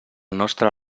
nostre